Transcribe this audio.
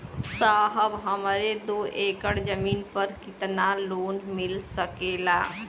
साहब हमरे दो एकड़ जमीन पर कितनालोन मिल सकेला?